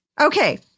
Okay